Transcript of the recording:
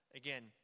again